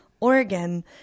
oregon